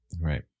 Right